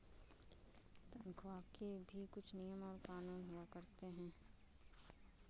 तन्ख्वाह के भी कुछ नियम और कानून हुआ करते हैं